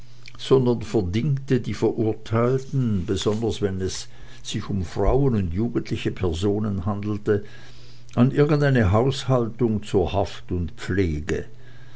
sondern verdingte die verurteilten besonders wenn es sich um frauen und jugendliche personen handelte an irgendeine haushaltung zur haft und pflege